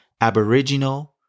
Aboriginal